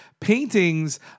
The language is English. paintings